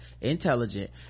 intelligent